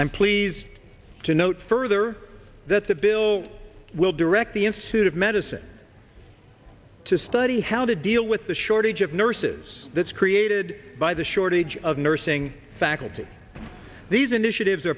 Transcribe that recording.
i'm pleased to note further that the bill will direct the institute of medicine to study how to deal with the shortage of nurses that's created by the shortage of nursing faculty these initiatives